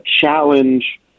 challenge